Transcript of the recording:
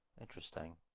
Interesting